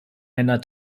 einer